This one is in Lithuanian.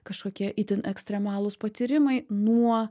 kažkokie itin ekstremalūs patyrimai nuo